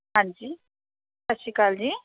ਹਾਂਜੀ ਸਤਿ ਸ਼੍ਰੀ ਅਕਾਲ ਜੀ